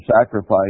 sacrifice